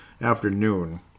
afternoon